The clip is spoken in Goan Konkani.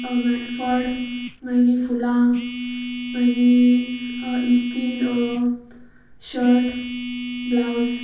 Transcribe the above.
मा फळ मागीर फुलां मागीर इस्तीद वा शर्ट ब्लावज